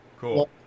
cool